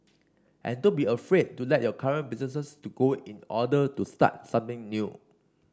and don't be afraid to let your current business to go in order to start something new